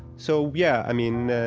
so, yeah. i mean,